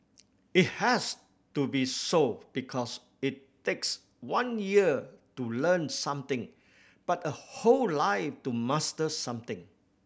it has to be so because it takes one year to learn something but a whole life to master something